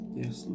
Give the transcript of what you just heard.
yes